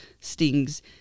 stings